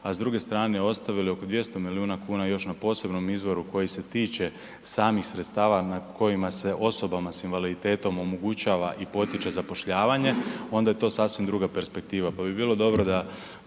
a s druge strane ostavili oko 200 milijuna kuna još na posebnom izvoru koji se tiče samih sredstava na kojima se osobama s invaliditetom omogućava i potiče zapošljavanje onda je to sasvim druga perspektiva. Pa bi bilo dobro kada